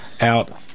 Out